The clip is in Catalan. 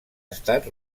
estat